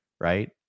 Right